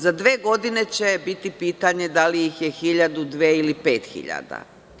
Za dve godine će biti pitanje da li ih je hiljadu, dve ili pet hiljada.